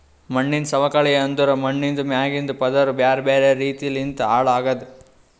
ಮಣ್ಣಿನ ಸವಕಳಿ ಅಂದುರ್ ಮಣ್ಣಿಂದ್ ಮ್ಯಾಗಿಂದ್ ಪದುರ್ ಬ್ಯಾರೆ ಬ್ಯಾರೆ ರೀತಿ ಲಿಂತ್ ಹಾಳ್ ಆಗದ್